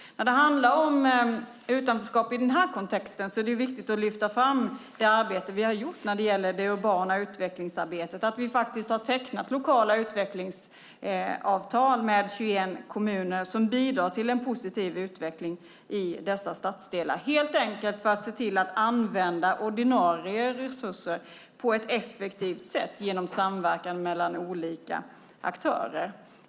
När det gäller utanförskap i den här kontexten är det viktigt att lyfta fram det arbete vi har gjort i och med det urbana utvecklingsarbetet. Vi har tecknat lokala utvecklingsavtal med 21 kommuner som bidrar till en positiv utveckling i dessa stadsdelar. Detta görs helt enkelt för att man ska se till att använda ordinarie resurser på ett effektivt sätt genom samverkan mellan olika aktörer.